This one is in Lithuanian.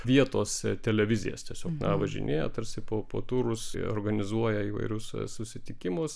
vietos televizijas tiesiog na važinėja tarsi po po turus organizuoja įvairius susitikimus